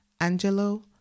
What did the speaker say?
Angelo